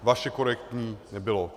Vaše korektní nebylo.